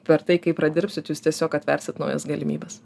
per tai kaip pradirbsit jūs tiesiog atversit naujas galimybes